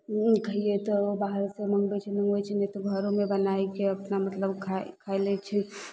खैयै तऽ बाहरसँ मँगबय छै मँगबय छै नहि तऽ घरोमे बनाइके अपना मतलब खाइ खाइ लै छै